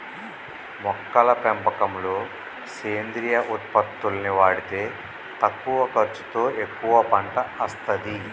మొక్కల పెంపకంలో సేంద్రియ ఉత్పత్తుల్ని వాడితే తక్కువ ఖర్చుతో ఎక్కువ పంట అస్తది